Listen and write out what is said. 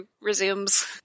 resumes